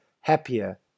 happier